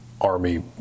Army